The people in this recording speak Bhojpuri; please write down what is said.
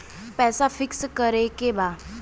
पैसा पिक्स करके बा?